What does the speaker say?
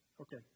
Okay